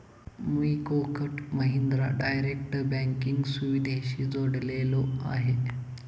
मी Kotak Mahindra direct banking सुविधेशी जोडलेलो आहे?